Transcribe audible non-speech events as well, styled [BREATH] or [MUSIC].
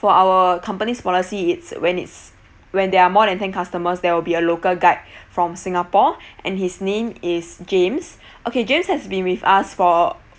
for our company's policy it's when it's when there are more than ten customers there will be a local guide [BREATH] from singapore [BREATH] and his name is james [BREATH] okay james has been with us for